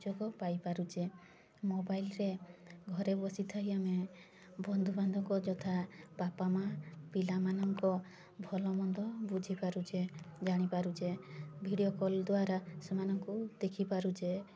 ସୁଯୋଗ ପାଇପାରୁଛେ ମୋବାଇଲରେ ଘରେ ବସିଥାଇ ଆମେ ବନ୍ଧୁବାନ୍ଧବ ଯଥା ବାପା ମାଆ ପିଲାମାନଙ୍କ ଭଲ ମନ୍ଦ ବୁଝି ପାରୁଛେ ଜାଣି ପାରୁଛେ ଭିଡ଼ିଓ କଲ ଦ୍ଵାରା ସେମାନଙ୍କୁ ଦେଖି ପାରୁଛେ